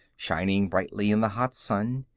shining brightly in the hot sun.